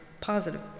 positive